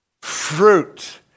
Fruit